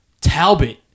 Talbot